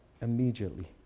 immediately